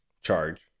charge